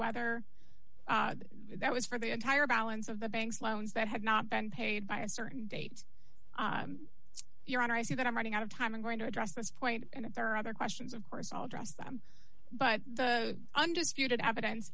whether that was for the entire balance of the bank's loans that had not been paid by a certain date your honor i see that i'm running out of time i'm going to address this point and if there are other questions of course i'll dress them but the undisputed evidence